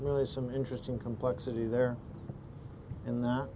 really some interesting complexity there in th